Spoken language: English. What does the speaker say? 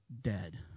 dead